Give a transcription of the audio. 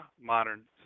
modern